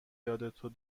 یاد